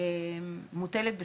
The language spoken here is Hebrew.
מוטלת בספק.